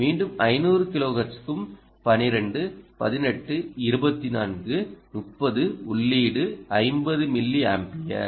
மீண்டும் 500 கிலோஹெர்ட்ஸுக்கு6 12 18 2430 உள்ளீடு 50 மில்லி ஆம்பியர்